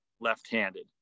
left-handed